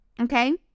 Okay